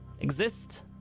exist